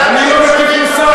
אני לא מטיף מוסר,